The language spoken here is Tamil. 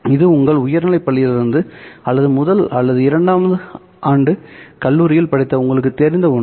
இது உங்கள் உயர்நிலைப் பள்ளியிலிருந்து அல்லது முதல் அல்லது இரண்டாம் ஆண்டு கல்லூரியில் படித்த உங்களுக்குத் தெரிந்த ஒன்று